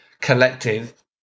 collective